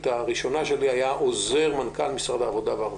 הראשונה שלי הייתה עוזר מנכ"ל משרד העבודה והרווחה,